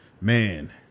man